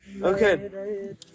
Okay